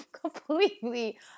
completely